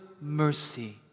mercy